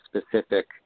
specific